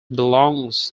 belongs